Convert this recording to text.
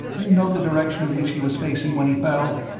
you note the direction in which he was facing when he fell?